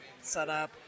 setup